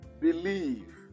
believe